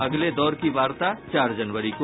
अगले दौर की वार्ता चार जनवरी को